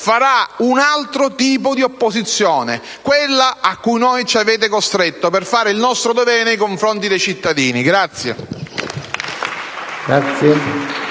avanti un altro tipo di opposizione: quella a cui ci avete costretto per fare il nostro dovere nei confronti dei cittadini.